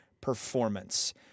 performance